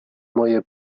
moje